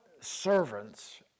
servants